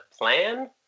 plan